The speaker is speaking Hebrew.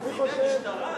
זה קציני משטרה?